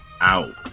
out